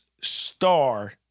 star